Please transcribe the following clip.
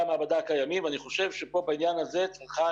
המעבדה הקיימים ואני חושב שפה בעניין הזה צריכה